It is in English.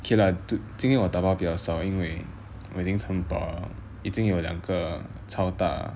K lah to~ 今天我打包比较少因为我已经饱了已经有两个超大